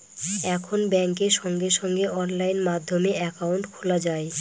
এখন ব্যাঙ্কে সঙ্গে সঙ্গে অনলাইন মাধ্যমে একাউন্ট খোলা যায়